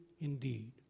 indeed